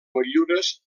motllures